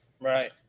right